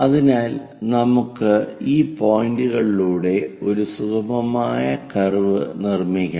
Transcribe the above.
അതിനാൽ നമുക്ക് ഈ പോയിന്റുകളിലൂടെ ഒരു സുഗമമായ കർവ് നിർമിക്കാം